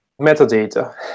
metadata